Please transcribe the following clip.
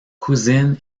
cousine